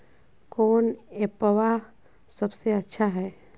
कौन एप्पबा सबसे अच्छा हय?